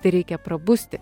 tereikia prabusti